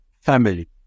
family